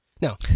Now